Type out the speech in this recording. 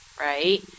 right